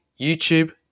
YouTube